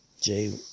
Jay